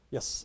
Yes